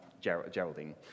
Geraldine